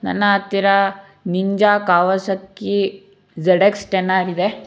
ನನ್ನ ಹತ್ತಿರ Ninja Kawasaki Z X ten R ಇದೆ